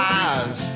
eyes